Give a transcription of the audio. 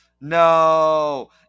No